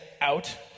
out